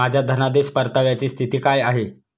माझ्या धनादेश परताव्याची स्थिती काय आहे?